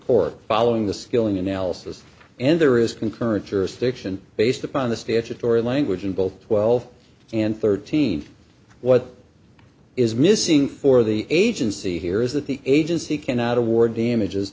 court following the skilling analysis and there is concurrent jurisdiction based upon the statutory language in both twelve and thirteen what is missing for the agency here is that the agency cannot award damages